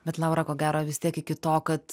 bet laura ko gero vis tiek iki to kad